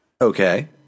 Okay